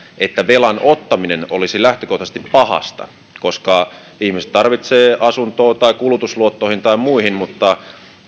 että velan ottaminen olisi lähtökohtaisesti pahasta koska ihmiset tarvitsevat rahaa asuntoon tai kulutusluottoihin tai muihin mutta